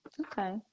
Okay